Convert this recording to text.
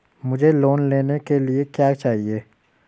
मुझे लोन लेने के लिए क्या चाहिए?